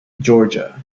georgia